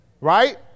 right